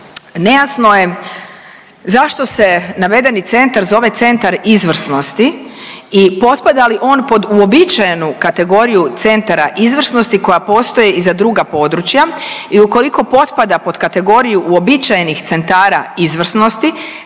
nejasno je zašto se navedeni centar zove centar izvrsnosti i potpada li on pod uobičajenu kategoriju centara izvrsnosti koja postoji i za druga područja i ukoliko potpada pod kategoriju uobičajenih centara izvrsnosti